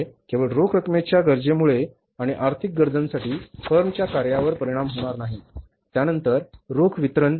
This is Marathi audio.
म्हणजे केवळ रोख रकमेची गरजेमुळे किंवा आर्थिक गरजांसाठी फर्मच्या कार्यावर परिणाम होणार नाही त्यानंतर रोख वितरण